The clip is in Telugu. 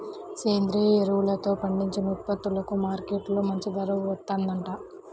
సేంద్రియ ఎరువులతో పండించిన ఉత్పత్తులకు మార్కెట్టులో మంచి ధర వత్తందంట